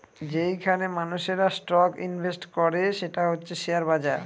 যেইখানে মানুষেরা stock invest করে সেটা হচ্ছে শেয়ার বাজার